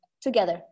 together